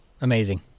Amazing